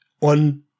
on